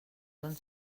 són